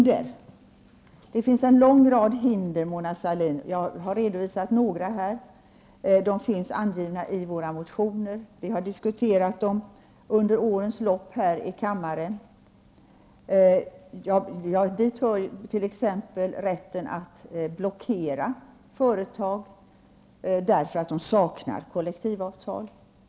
Det finns en lång rad hinder, Mona Sahlin. Jag har redovisat några här. De finns angivna i våra motioner. Vi har diskuterat dem under årens lopp här i kammaren. Dit hör t.ex. rätten att blockera företag därför att de saknar kollektivavtal.